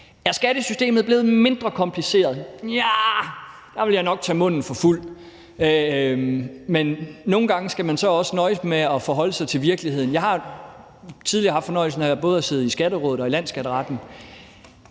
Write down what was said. Er skattesystemet blevet mindre kompliceret? Der ville jeg nok tage munden for fuld, men nogle gange skal man så også nøjes med at forholde sig til virkeligheden. Jeg har tidligere haft fornøjelsen af både at sidde i Skatterådet og Landsskatteretten,